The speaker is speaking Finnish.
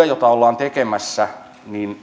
jota ollaan tekemässä